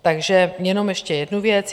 Takže jenom ještě jednu věc.